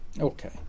Okay